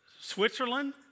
Switzerland